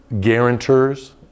guarantors